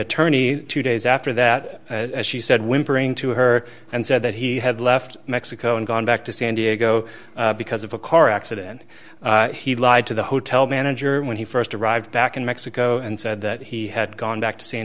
attorney two days after that as she said whimpering to her and said that he had left mexico and gone back to san diego because of a car accident he lied to the hotel manager when he st arrived back in mexico and said that he had gone back to san